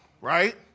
right